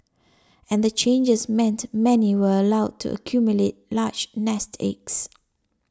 and the changes meant many were allowed to accumulate large nest eggs